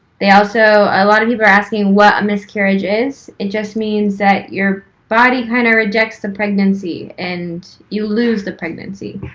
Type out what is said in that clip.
they also, a lot of people are asking, what a miscarriage is? it just means that your body kind of rejects the pregnancy and you lose the pregnancy.